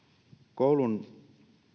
koulun